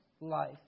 life